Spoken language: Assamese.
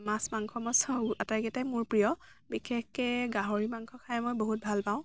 মাছ মাংস মই চব আটাইকেইটাই মোৰ প্ৰিয় বিশেষকৈ গাহৰি মাংস খাই মই বহুত ভাল পাওঁ